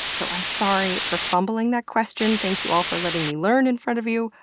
so i'm sorry for fumbling that question. thank you all for letting me learn in front of you.